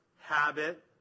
habit